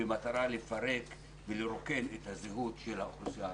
בא במטרה לפרק ולרוקן את הזהות של האוכלוסייה הערבית.